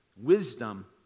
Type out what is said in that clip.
wisdom